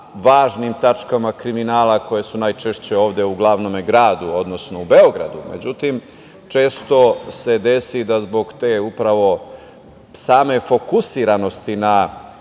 važnim tačkama kriminala koje su najčešće ovde u glavnom gradu, odnosno u Beogradu. Međutim, često se desi da zbog te same fokusiranosti na